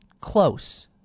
close